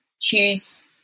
choose